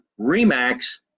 REMAX